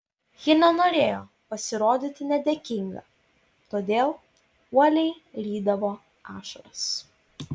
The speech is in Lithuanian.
ji nenorėjo pasirodyti nedėkinga todėl uoliai rydavo ašaras